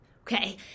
okay